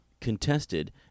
Contested